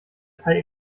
datei